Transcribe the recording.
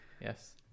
Yes